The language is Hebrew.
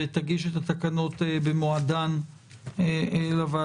ותגיש את התקנות במועדן לוועדה,